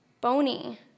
bony